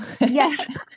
Yes